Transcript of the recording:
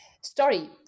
story